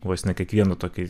vos ne kiekvienu tokį